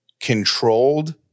controlled